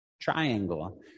triangle